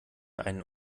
einen